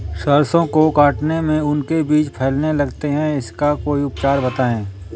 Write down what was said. सरसो को काटने में उनके बीज फैलने लगते हैं इसका कोई उपचार बताएं?